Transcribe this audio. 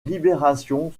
libération